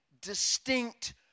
distinct